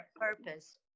purpose